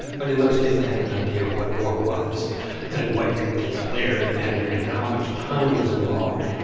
but in those days, they had an idea of what war was and what you declared and and how much time was involved.